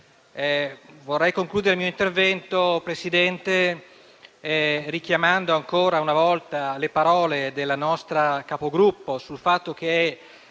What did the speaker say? Vorrei concludere il mio intervento, Presidente, richiamando ancora una volta le parole della nostra Capogruppo riguardo al fatto che è